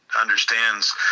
understands